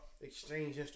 exchange